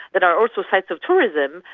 that are also sites of tourism,